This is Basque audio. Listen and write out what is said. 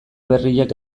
berriak